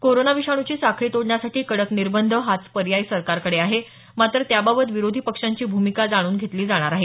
corona विषाणूची साखळी तोडण्यासाठी कडक निर्बंध हाच पर्याय सरकारकडे आहे मात्र त्याबाबत विरोधी पक्षांची भूमिका जाणून घेतली जाणार आहे